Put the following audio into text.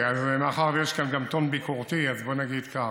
אז מאחר שיש כאן גם טון ביקורתי, אז בואו נגיד כך: